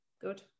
Good